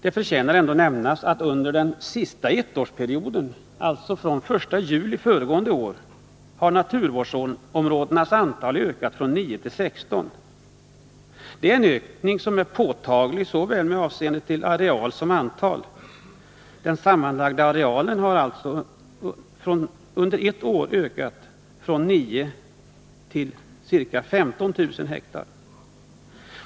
Det förtjänar ändå att nämnas att antalet naturvårdsområden från den 1 juli förra året har ökat från 9 till 16. Det är en påtaglig ökning såväl med avseende på areal som antal. Den sammanlagda arealen har alltså under ett år ökat från 9 000 till ca 15 000 ha.